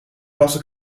bassen